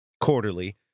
Quarterly